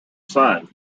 son